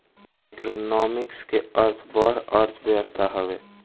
macroeconomics के अर्थ बड़ अर्थव्यवस्था हवे